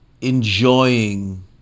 enjoying